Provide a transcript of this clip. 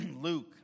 Luke